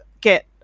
get